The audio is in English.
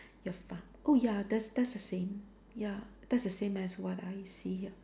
your phar~ oh ya that's that's the same ya that's the same as what I see here